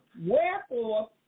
Wherefore